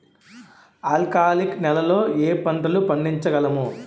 ఆల్కాలిక్ నెలలో ఏ పంటలు పండించగలము?